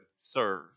serve